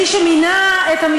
זה נותן לו מידה מסוימת של בגרות,